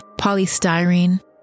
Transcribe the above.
polystyrene